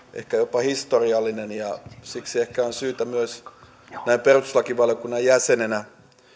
jopa historiallinen ja siksi ehkä on syytä myös näin perustuslakivaliokunnan jäsenenä